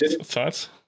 thoughts